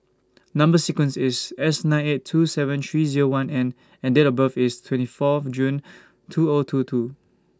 Number sequence IS S nine eight two seven three Zero one N and Date of birth IS twenty Fourth June two O two two